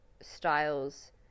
Styles